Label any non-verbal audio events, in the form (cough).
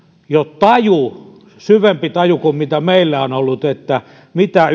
jo taju syvempi taju kuin meillä on ollut siitä mitä (unintelligible)